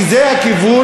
כי זה הכיוון,